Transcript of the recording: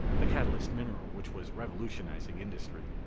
the catalyst mineral which was revolutionizing industry.